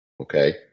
okay